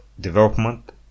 development